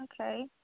okay